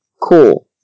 cool